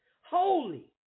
holy